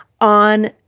on